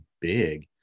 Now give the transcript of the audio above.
big